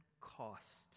cost